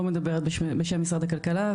לא מדברת בשם משרד הכלכלה,